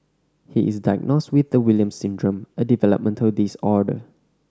he is diagnosed with the Williams Syndrome a developmental disorder